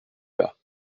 bas